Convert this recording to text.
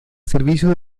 servicios